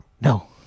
No